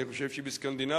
אני חושב שבסקנדינביה,